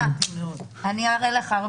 אני אראה לך.